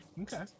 Okay